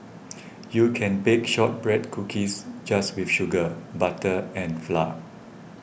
you can bake Shortbread Cookies just with sugar butter and flour